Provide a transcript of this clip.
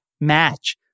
match